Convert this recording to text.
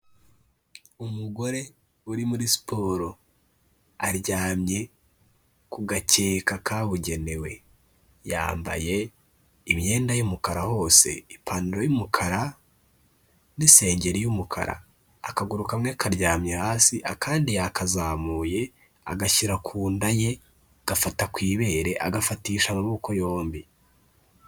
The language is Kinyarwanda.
Umugore uri muri siporo, aryamye ku gakeka kabugenewe, yambaye imyenda y'umukara hose, ipantaro y'umukara n'isengeri y'umukara, akaguru kamwe karyamye hasi, akandi yakazamuye agashyira ku nda ye gafata ku ibere, agafatisha amaboko yombi.